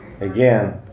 again